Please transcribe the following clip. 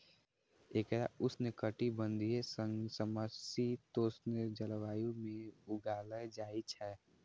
एकरा उष्णकटिबंधीय सं समशीतोष्ण जलवायु मे उगायल जाइ छै